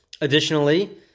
Additionally